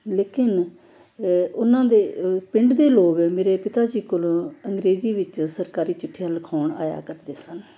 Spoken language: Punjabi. ਲੇਕਿਨ ਉਹਨਾਂ ਦੇ ਪਿੰਡ ਦੇ ਲੋਕ ਮੇਰੇ ਪਿਤਾ ਜੀ ਕੋਲੋਂ ਅੰਗਰੇਜ਼ੀ ਵਿੱਚ ਸਰਕਾਰੀ ਚਿੱਠੀਆਂ ਲਿਖਵਾਉਣ ਆਇਆ ਕਰਦੇ ਸਨ